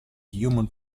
human